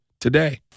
today